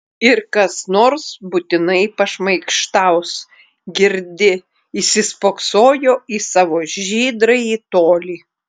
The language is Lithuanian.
ir kas nors būtinai pašmaikštaus girdi įsispoksojo į savo žydrąjį tolį